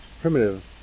primitive